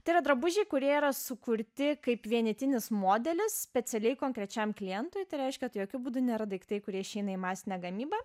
tai yra drabužiai kurie yra sukurti kaip vienetinis modelis specialiai konkrečiam klientui tai reiškia tai jokiu būdu nėra daiktai kurie išeina į masinę gamybą